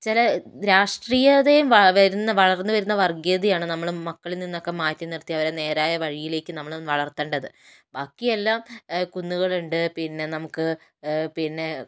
ചില രാഷ്ട്രീയതയും വര് വളർന്ന് വരുന്ന വർഗ്ഗീയതയും ആണ് നമ്മൾ മക്കളിൽ നിന്നൊക്കെ മാറ്റി നിർത്തി അവരെ നേരായ വഴിയിലേക്ക് നമ്മൾ വളർത്തേണ്ടത് ബാക്കിയെല്ലാം കുന്നുകളുണ്ട് പിന്നെ നമുക്ക് പിന്നെ